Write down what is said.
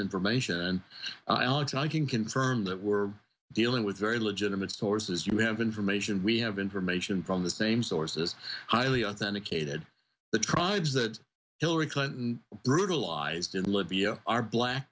information and alex i can confirm that we're dealing with very legitimate sources you have information we have information from the same sources highly authenticated the tribes that hillary clinton brutalized in libya are black